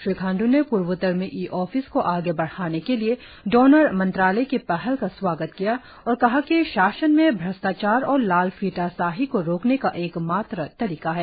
श्री खाण्डू ने पूर्वोत्तर में इ ऑफिस को आगे बढ़ाने के लिए डॉनर मंत्रालय की पहल का स्वागत किया और कहा कि शासन में भ्रष्टाचार और लालफिताशाही को रोकने का एकमात्र तरीका है